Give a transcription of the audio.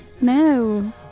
No